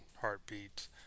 heartbeat